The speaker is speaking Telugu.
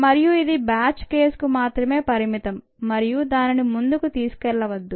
మరియు ఇది బ్యాచ్ కేస్ కు మాత్రమే పరిమితం మరియు దానిని ముందుకు తీసుకెళ్లవద్దు